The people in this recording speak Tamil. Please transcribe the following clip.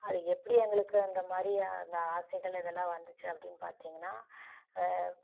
அது எப்படி எங்களுக்கு இந்த மாதிரி இந்த ஆசைகள் இதெல்லாம் வந்துச்சு அப்டின்னு பார்த்திங்கன்னா